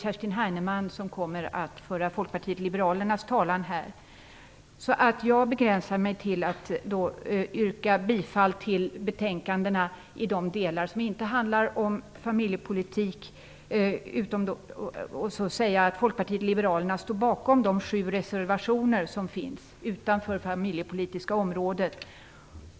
Kerstin Heinemann kommer att föra Folkpartiet liberalernas talan här. Därför begränsar jag mig till att yrka bifall till utskottets hemställan i betänkandet i de delar som inte handlar om familjepolitik. Folkpartiet liberalerna står bakom de sju reservationer som finns utanför det familjepolitiska området.